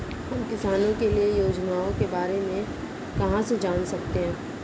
हम किसानों के लिए योजनाओं के बारे में कहाँ से जान सकते हैं?